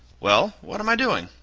well, what am i doing?